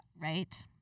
Right